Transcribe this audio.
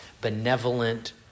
benevolent